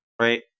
right